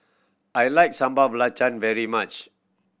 I like Sambal Belacan very much